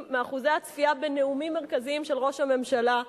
מאחוזי הצפייה בנאומים מרכזיים של ראש הממשלה,